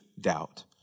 doubt